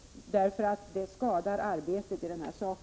Det skadar arbetet i denna sak.